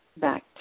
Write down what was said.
back